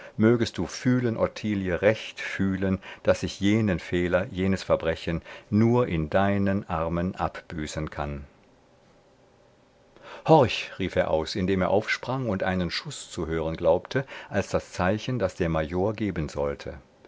mögest du fühlen ottilie recht fühlen daß ich jenen fehler jenes verbrechen nur in deinen armen abbüßen kann horch rief er aus indem er aufsprang und einen schuß zu hören glaubte als das zeichen das der major geben sollte